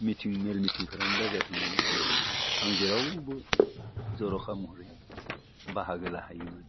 मिथिं मेल मिथिंफोरानो दाजाथों मानो आं जेरावबो जर'खा महरै बाहागो लाहैयोमोन